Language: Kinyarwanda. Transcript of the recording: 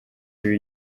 ibi